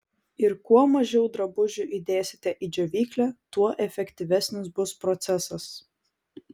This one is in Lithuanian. ir kuo mažiau drabužių įdėsite į džiovyklę tuo efektyvesnis bus procesas